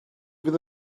fydd